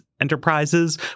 enterprises